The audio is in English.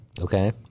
Okay